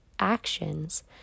actions